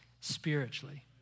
spiritually